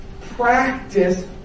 Practice